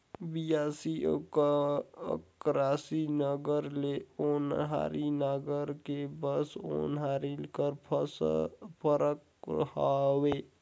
बियासी अउ अकरासी नांगर ले ओन्हारी नागर मे बस ओन्हारी कर फरक हवे